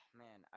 man